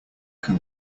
can